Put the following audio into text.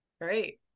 Great